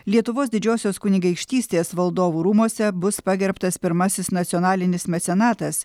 lietuvos didžiosios kunigaikštystės valdovų rūmuose bus pagerbtas pirmasis nacionalinis mecenatas